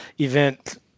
event